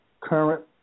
current